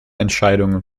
entscheidungen